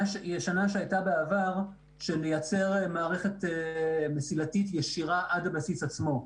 שהייתה בעבר של לייצר מערכת מסילתית ישירה עד הבסיס עצמו.